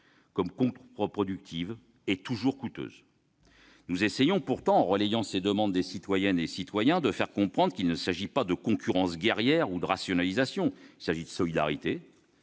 comme contre-productives et toujours coûteuses. Nous essayons pourtant, en relayant ces demandes des citoyennes et des citoyens, de faire comprendre qu'il ne s'agit pas de concurrence guerrière ou de rationalisation, mais de solidarité,